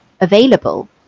available